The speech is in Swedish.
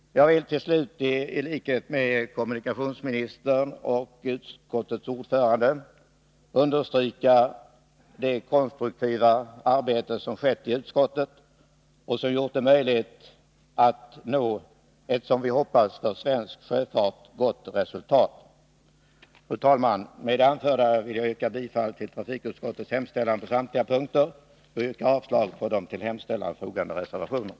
Jag vill till sist, i likhet med kommunikationsministern och utskottets ordförande, understryka värdet av det konstruktiva arbete som utförts i utskottet, som gjort det möjligt att, som vi hoppas, uppnå ett för svensk sjöfart gott resultat. Fru talman! Med det anförda vill jag yrka bifall till trafikutskottets hemställan på samtliga punkter, och jag yrkar avslag på de till betänkandet fogade reservationerna.